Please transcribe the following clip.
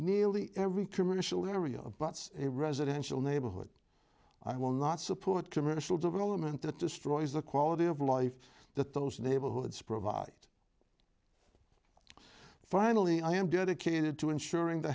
nearly every commercial area but a residential neighborhood i will not support commercial development that destroys the quality of life that those neighborhoods provide finally i am dedicated to ensuring the